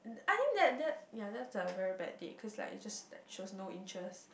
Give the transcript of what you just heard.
I think that that ya that's a very bad date cause like it just like shows no interest